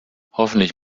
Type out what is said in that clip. hoffentlich